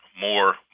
more